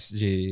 de